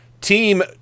Team